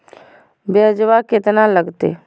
ब्यजवा केतना लगते?